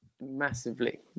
Massively